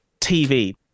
tv